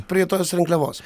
prie tos rinkliavos